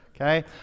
okay